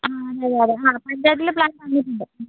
ആ അതെ അതെ ആ പഞ്ചായത്തിൽ പ്ലാൻ തന്നിട്ടുണ്ട്